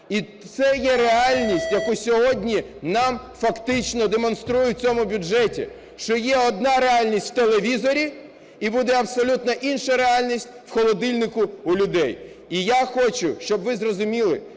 І це є реальність, яку сьогодні нам, фактично, демонструють в цьому бюджеті, що є одна реальність в телевізорі і буде абсолютно інша реальність в холодильнику у людей. І я хочу, щоб ви зрозуміли,